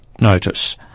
notice